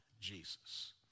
Jesus